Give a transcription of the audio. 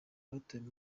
batawe